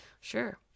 Sure